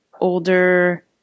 older